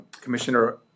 Commissioner